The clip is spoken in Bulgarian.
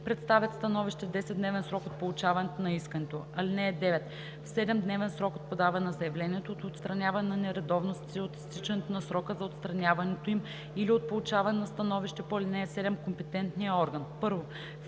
представят становището в 10-дневен срок от получаване на искането. (9) В 7-дневен срок от подаване на заявлението, от отстраняване на нередовностите, от изтичането на срока за отстраняването им или от получаване на становище по ал. 7 компетентният орган: 1.